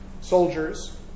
soldiers